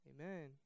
Amen